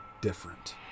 different